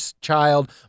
child